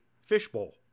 fishbowl